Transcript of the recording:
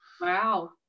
wow